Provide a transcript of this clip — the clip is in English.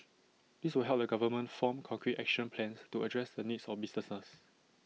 this will help the government form concrete action plans to address the needs of businesses